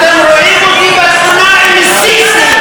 אתם רואים אותי בתמונה עם א-סיסי,